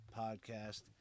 podcast